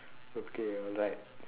okay alright